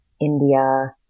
India